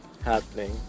happening